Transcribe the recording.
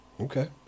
okay